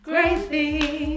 crazy